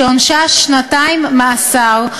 שעונשה שנתיים מאסר,